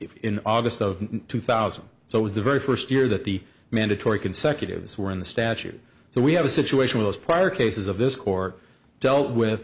if in august of two thousand so it was the very first year that the mandatory consecutive years were in the statute so we have a situation was prior cases of this court dealt with